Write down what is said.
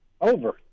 Over